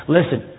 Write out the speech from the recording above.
Listen